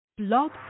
Blog